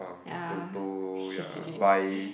uh Toto ya buy